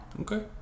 Okay